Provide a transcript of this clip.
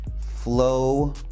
flow